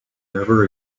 never